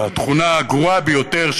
התכונה הגרועה ביותר,